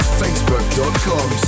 facebook.com